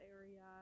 area